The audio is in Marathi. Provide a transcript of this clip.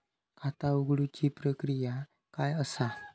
खाता उघडुची प्रक्रिया काय असा?